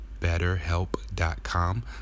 BetterHelp.com